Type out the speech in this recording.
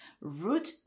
Root